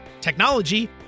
technology